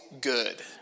good